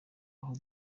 aho